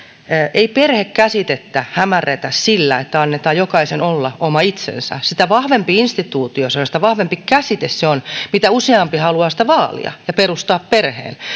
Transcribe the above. ei perhe käsitettä hämärretä sillä että annetaan jokaisen olla oma itsensä sitä vahvempi instituutio se on ja sitä vahvempi käsite se on mitä useampi haluaa sitä vaalia ja perustaa perheen